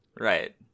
Right